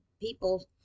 people